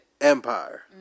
Empire